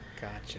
Gotcha